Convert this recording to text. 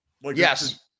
Yes